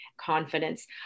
confidence